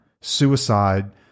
suicide